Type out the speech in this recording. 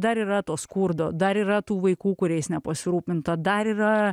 dar yra to skurdo dar yra tų vaikų kuriais nepasirūpinta dar yra